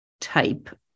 type